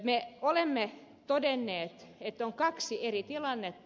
me olemme todenneet että on kaksi eri tilannetta